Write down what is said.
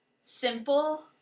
simple